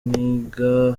mwiga